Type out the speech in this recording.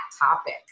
topic